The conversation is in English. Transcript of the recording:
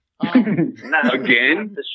Again